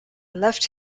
left